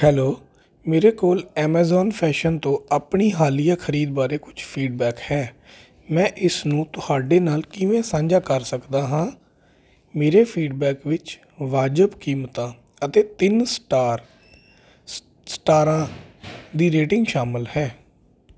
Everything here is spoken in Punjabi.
ਹੈਲੋ ਮੇਰੇ ਕੋਲ ਐਮਾਜ਼ਾਨ ਫੈਸ਼ਨ ਤੋਂ ਆਪਣੀ ਹਾਲੀਆ ਖਰੀਦ ਬਾਰੇ ਕੁਝ ਫੀਡਬੈਕ ਹੈ ਮੈਂ ਇਸ ਨੂੰ ਤੁਹਾਡੇ ਨਾਲ ਕਿਵੇਂ ਸਾਂਝਾ ਕਰ ਸਕਦਾ ਹਾਂ ਮੇਰੇ ਫੀਡਬੈਕ ਵਿੱਚ ਵਾਜਬ ਕੀਮਤਾਂ ਅਤੇ ਤਿੰਨ ਸਟਾਰ ਸਟਾਰਾਂ ਦੀ ਰੇਟਿੰਗ ਸ਼ਾਮਲ ਹੈ